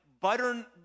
butter